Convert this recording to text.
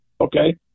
Okay